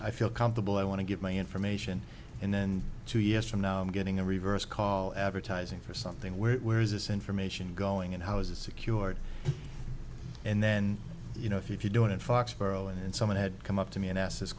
i feel comfortable i want to get my information and then two years from now i'm getting a reverse call advertising for something where where is this information going and how is it secured and then you know if you do it in foxboro and someone had come up to me and asked this